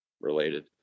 related